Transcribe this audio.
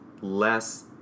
less